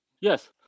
Yes